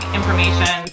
information